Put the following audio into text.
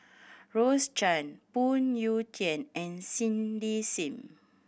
Rose Chan Phoon Yew Tien and Cindy Sim